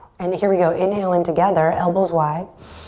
and here we go, inhale in together, elbows wide.